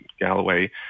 Galloway